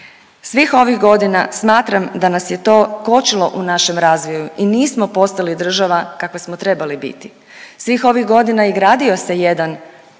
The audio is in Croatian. Svih ovih godina smatram da nas je to kočilo u našem razvoju i nismo postali država kakva smo trebali biti. Svih ovih godina i gradio se jedan